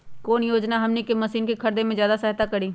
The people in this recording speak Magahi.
कौन योजना हमनी के मशीन के खरीद में ज्यादा सहायता करी?